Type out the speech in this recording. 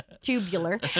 tubular